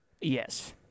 Yes